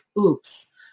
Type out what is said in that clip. oops